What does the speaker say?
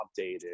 updated